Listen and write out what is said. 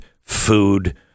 food